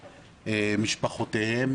משפחותיהם.